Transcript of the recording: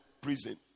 prison